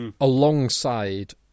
Alongside